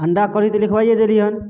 अण्डा कढ़ी तऽ लिखबाइए देली हन